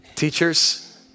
Teachers